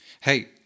Hey